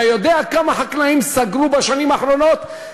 אתה יודע כמה חקלאים סגרו בשנים האחרונות?